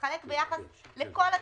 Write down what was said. תתחלק ביחס לכל התקציב.